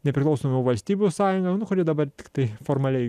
nepriklausomų valstybių sąjungą kuri dabar tiktai formaliai